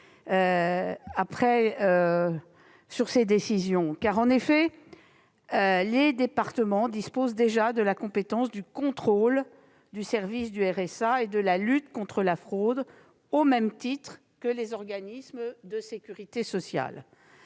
En effet, les départements disposent déjà de la compétence du contrôle du service du RSA et de la lutte contre la fraude, au même titre que les organismes de sécurité sociale.